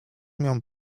mię